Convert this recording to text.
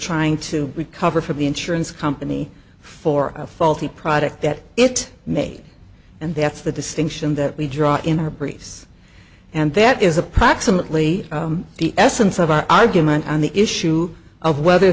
trying to recover from the insurance company for a faulty product that it made and that's the distinction that we draw in our briefs and that is approximately the essence of our argument on the issue of whether